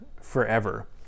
forever